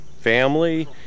family